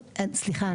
סליחה,